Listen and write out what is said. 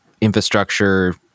infrastructure